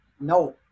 no